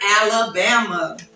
Alabama